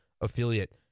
affiliate